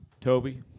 Toby